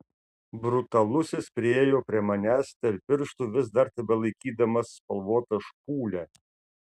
brutalusis priėjo prie manęs tarp pirštų vis dar tebelaikydamas spalvotą špūlę